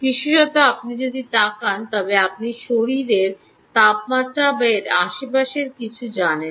বিশেষত আপনি যদি তাকান তবে আপনি শরীরের তাপমাত্রা বা এর আশেপাশের কিছু জানেন